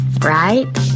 Right